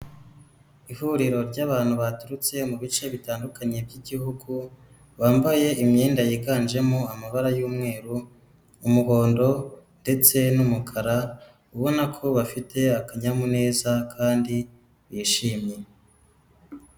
Ihuriro ry'abantu baturutse mu bice bitandukanye by'igihugu, bambaye imyenda yiganjemo amabara y'umweru umuhondo ndetse n'umukara, ubona ko bafite akanyamuneza kandi bishimye.